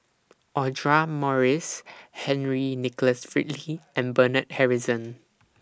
Audra Morrice Henry Nicholas and Bernard Harrison